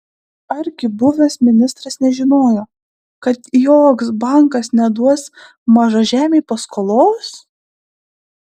argi buvęs ministras nežinojo kad joks bankas neduos mažažemiui paskolos